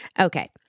Okay